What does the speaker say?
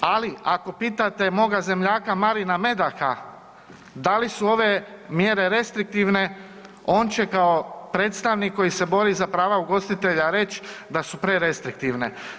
Ali ako pitate moga zemljaka Marina Medaka da li su ove mjere restriktivne, on će kao predstavnik koji se bori za prava ugostitelja reći da su prerestriktivne.